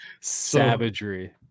savagery